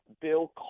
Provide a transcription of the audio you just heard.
Bill